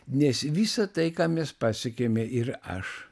nes visa tai ką mes pasiekėme ir aš